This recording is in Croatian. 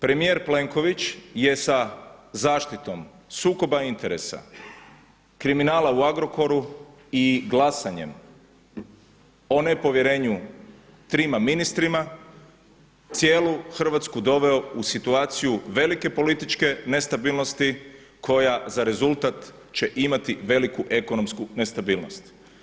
Premijer Plenković je sa zaštitom sukoba interesa kriminala u Agrokoru i glasanjem o nepovjerenju trima ministrima cijelu Hrvatsku doveo u situaciju velike političke nestabilnosti koja za rezultat će imati veliku ekonomsku nestabilnost.